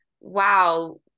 wow